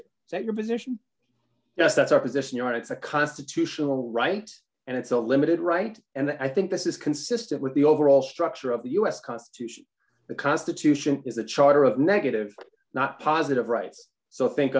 so your position yes that's our position and it's a constitutional right and it's a limited right and i think this is consistent with the overall structure of the u s constitution the constitution is a charter of negative not positive rights so think